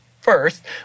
first